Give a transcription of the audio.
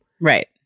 Right